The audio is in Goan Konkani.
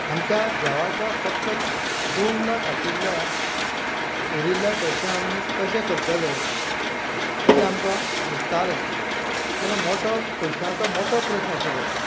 आमच्या देवाच्या फक्त दोन लाख आशिल्ल्या उरिल्ल्या पयशा आमी कशे करतले अशे आमकां दिसतालें तेन्ना पयशाचो मोठो प्रश्न आशिल्लो